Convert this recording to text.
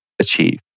achieve